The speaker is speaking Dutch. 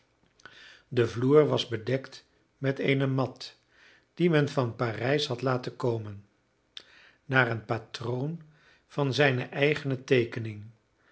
de vloer was bedekt met eene mat die men van parijs had laten komen naar een patroon van zijne eigene teekening